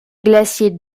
glacier